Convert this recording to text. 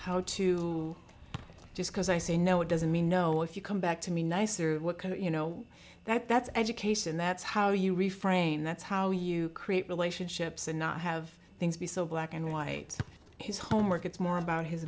how to just because i say no it doesn't mean you know if you come back to me nice or what kind of you know that that's education that's how you reframe that's how you create relationships and not have things be so black and white his homework it's more about his